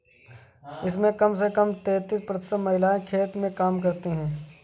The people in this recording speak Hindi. इसमें कम से कम तैंतीस प्रतिशत महिलाएं खेत में काम करती हैं